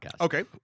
Okay